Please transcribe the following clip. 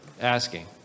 asking